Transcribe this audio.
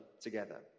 together